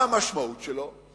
מה המשמעות שלו?